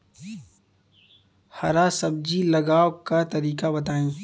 हरा सब्जी उगाव का तरीका बताई?